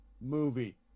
movie